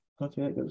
okay